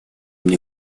мне